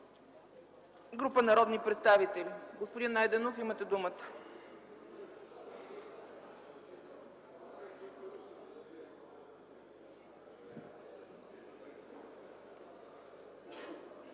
група народни представители. Господин Ангелов, имате думата.